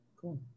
cool